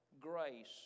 grace